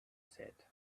said